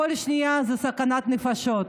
כל שנייה זה סכנת נפשות,